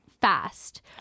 fast